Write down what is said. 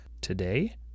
today